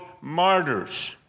martyrs